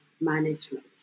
management